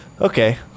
okay